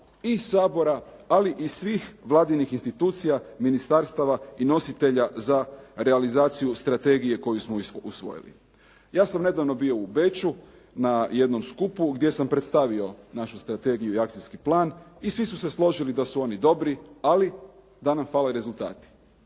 i Sabora ali i svih vladinih institucija, ministarstava i nositelja za realizaciju strategije koju smo usvojili. Ja sam nedavno bio u Beču na jednom skupu gdje sam predstavio našu strategiju i akcijski plan i svi su se složili da su oni dobri ali da nam fale rezultati.